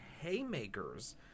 haymakers